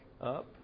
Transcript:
up